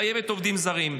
חייבת עובדים זרים.